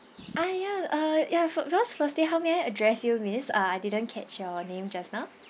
ah ya uh ya fir~ first firstly how may I address you miss uh I didn't catch your name just now